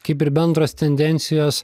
kaip ir bendros tendencijos